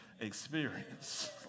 experience